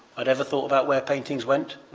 i'd ever thought about where paintings went.